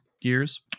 years